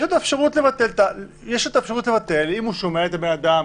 את האפשרות לבטל אם הוא שומע את זה מהאדם,